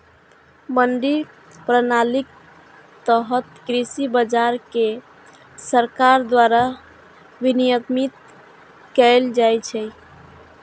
मंडी प्रणालीक तहत कृषि बाजार कें सरकार द्वारा विनियमित कैल जाइ छै